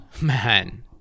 Man